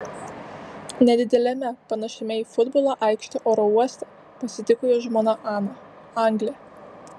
nedideliame panašiame į futbolo aikštę oro uoste pasitiko jo žmona ana anglė